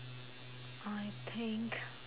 I think